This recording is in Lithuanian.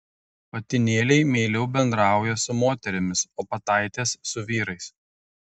patinėliai meiliau bendrauja su moterimis o pataitės su vyrais